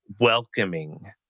welcoming